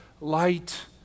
light